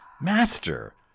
master